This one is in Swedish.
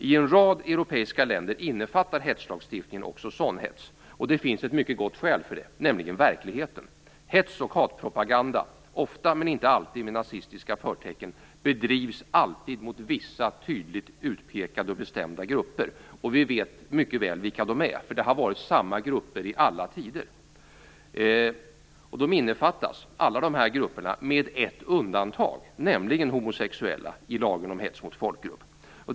I en rad europeiska länder innefattar hetslagstiftningen också sådan hets. Det finns också ett mycket gott skäl för det, nämligen verkligheten. Hets och hatpropaganda, ofta men inte alltid med nazistiska förtecken, bedrivs alltid mot vissa tydligt utpekade och bestämda grupper. Vi vet också mycket väl vilka det är, för det har varit samma grupper i alla tider. Alla dessa grupper innefattas också av lagen om hets mot folkgrupp, med ett undantag: homosexuella.